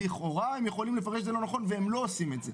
לכאורה הם יכולים לפרש את זה לא נכון והם לא עושים את זה,